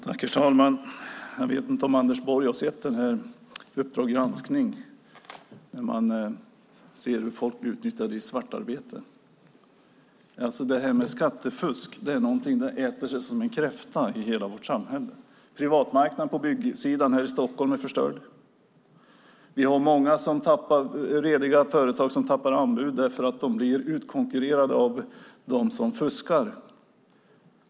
Herr talman! Jag vet inte om Anders Borg såg Uppdrag granskning om hur folk blir utnyttjade i svartarbete. Skattefusk äter sig som en kräfta in i hela vårt samhälle. Privatmarknaden på byggsidan här i Stockholm är förstörd. Vi har många rediga företag som tappar anbud för att de blir utkonkurrerade av dem som fuskar.